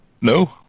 no